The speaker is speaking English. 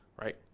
right